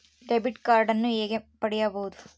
Debit ಕಾರ್ಡನ್ನು ಹೇಗೆ ಪಡಿಬೋದು?